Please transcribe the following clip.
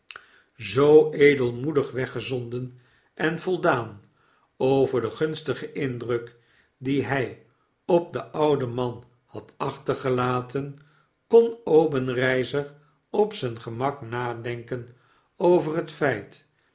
zoo edelmoedig weggezonden en voldaan over den gunstigen indruk dien hy op den ouden man had achtergelaten kon obenreizer op zijn gemak nadenken over het feit